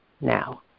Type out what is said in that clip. now